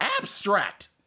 abstract